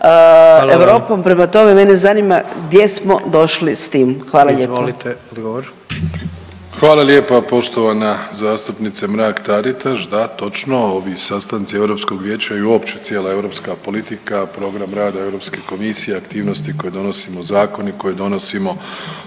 Europom, prema tome mene zanima gdje smo došli s tim. Hvala lijepo. **Jandroković, Gordan (HDZ)** Izvolite odgovor. **Plenković, Andrej (HDZ)** Hvala lijepa poštovana zastupnice Mrak Taritaš. Da, točno ovi sastanci Europskog vijeća i uopće cijela europska politika, program rada Europske komisije, aktivnosti koje donosimo, zakoni koje donosimo